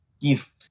give